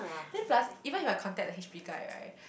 then plus even you have contact the H_P guy right